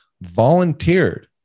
volunteered